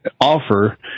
offer